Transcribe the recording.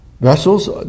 vessels